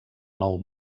nou